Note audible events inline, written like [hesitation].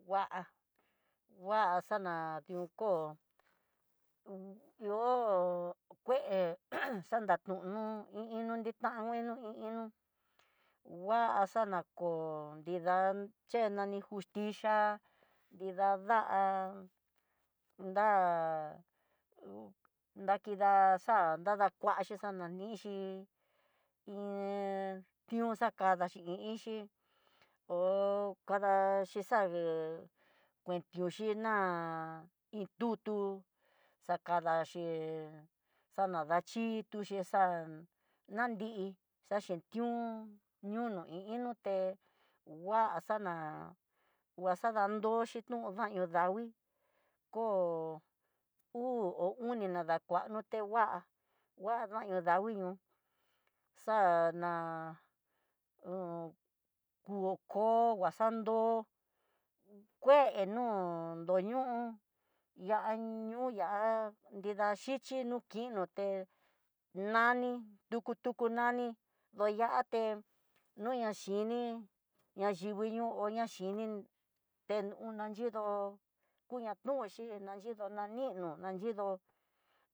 Kua kuaxana tió kó, ihó kue ¡h! [hesitation] Xanrá tu'un i ino xanguno i ino kua xanako nrída ché nani justicha'a dada nrá, nrakida'a xa nrakuaxhi xananixhi iin kiuxa kadaxhi, xan na kuixi nán iin tutú akadaxhi xanaxhituxi, kexa nanrí xaxhitión ñuño i iin niuté va xana nguaxadandó xhino davii, ko uu o onina nadakua kuano te ngua nguayano davii ñoo xana hu ho kó, kuaxando kuenó no nroño ihá ñuyá nrida xhichi no ki nruté nani duku tuku nani, doña até nuña xhini ya yukuñoo naxhini té una yidó ihá nuxhi nanyido nanino nanyido